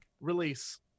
release